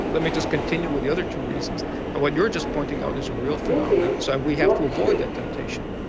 let me just continue with the other two reasons and what you're just pointing out is a real phenomenon, so we have to avoid that temptation.